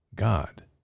God